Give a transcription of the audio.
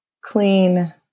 clean